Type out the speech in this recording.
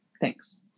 thanks